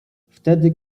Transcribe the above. wtedy